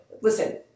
listen